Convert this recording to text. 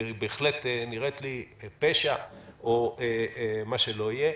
נראה לי עבירת פשע או משה שלא יהיה,